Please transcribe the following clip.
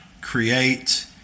create